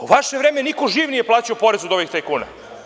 U vaše vreme niko živ nije plaćao porez od ovih tajkuna.